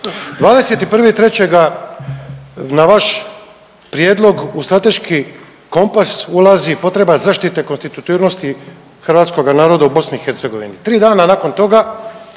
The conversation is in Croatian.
21.3., na vaš prijedlog u Strateški kompas ulazi potreba zaštite konstitutivnosti hrvatskoga naroda u BiH. 3 dana nakon toga